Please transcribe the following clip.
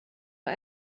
var